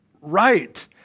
right